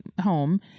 home